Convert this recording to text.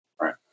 Right